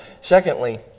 secondly